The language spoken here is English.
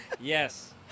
Yes